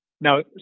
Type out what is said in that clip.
Now